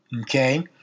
Okay